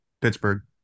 Pittsburgh